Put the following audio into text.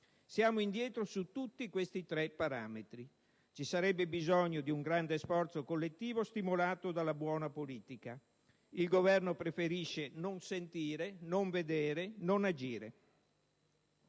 Siamo indietro su tutti e tre i parametri. Ci sarebbe bisogno di un grande sforzo collettivo stimolato dalla buona politica. Il Governo preferisce non sentire, non vedere, non agire.